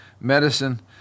medicine